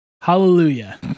Hallelujah